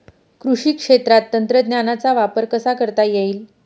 कृषी क्षेत्रात तंत्रज्ञानाचा वापर कसा करता येईल?